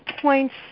points